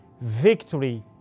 victory